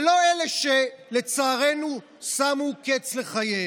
ולא אלה שלצערנו שמו קץ לחייהם,